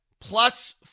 plus